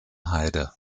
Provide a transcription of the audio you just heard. heide